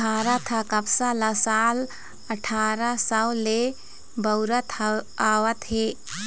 भारत ह कपसा ल साल अठारा सव ले बउरत आवत हे